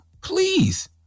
Please